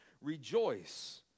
rejoice